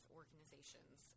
organizations